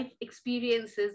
experiences